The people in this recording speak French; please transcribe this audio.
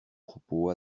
propos